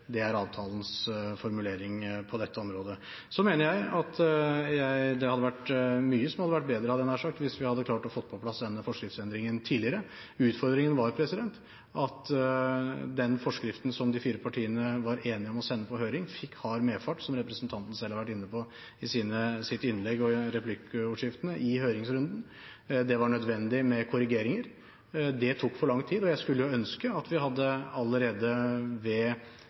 Det er avtalens formulering på dette området. Så mener jeg at mye hadde vært bedre, nær sagt, hvis vi hadde klart å få på plass denne forskriftsendringen tidligere. Utfordringen var at den forskriften som de fire partiene var enige om å sende på høring, fikk hard medfart i høringsrunden, noe representanten selv har vært inne på i sitt innlegg og i replikkordskiftene. Det var nødvendig med korrigeringer. Det tok for lang tid, og jeg skulle ønske at vi allerede ved